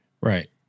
Right